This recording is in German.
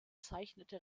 zeichnete